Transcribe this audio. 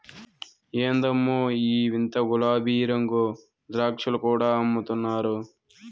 ఎందమ్మో ఈ వింత గులాబీరంగు ద్రాక్షలు కూడా అమ్ముతున్నారు